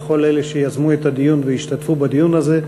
לכל אלה שיזמו את הדיון והשתתפו בדיון הזה,